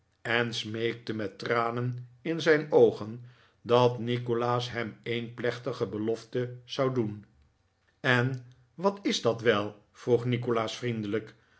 en smeekte met tranen in zijn oogen dat nikolaas hem een plechtige belofte zou doen en wat is dat wel vroeg nikolaas vriendelijk